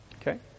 okay